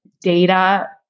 data